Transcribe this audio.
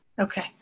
Okay